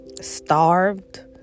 starved